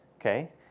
Okay